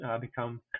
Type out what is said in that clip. become